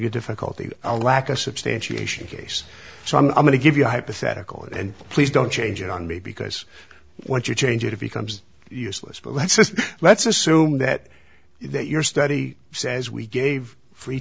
good difficulty a lack of substantiation case so i'm going to give you a hypothetical and please don't change it on me because once you change it it becomes useless but let's just let's assume that your study says we gave free